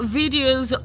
videos